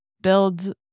build